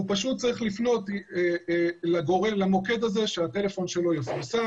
הוא פשוט צריך לפנות למוקד הזה שהטלפון שלו יפורסם.